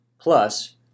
Plus